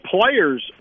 players